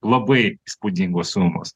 labai įspūdingos sumos